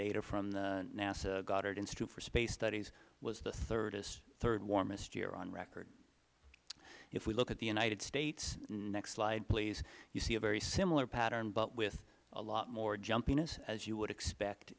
data from the nasa goddard institute for space studies was the third warmest year on record if we look at the united states next slide please you see a very similar pattern but with a lot more jumpiness as you would expect